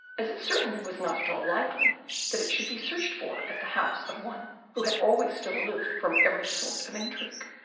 as it certainly was not at all likely that it should be searched for at the house of one who had always stood aloof from every sort of intrigue.